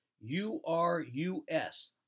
U-R-U-S